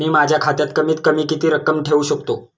मी माझ्या खात्यात कमीत कमी किती रक्कम ठेऊ शकतो?